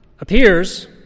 appears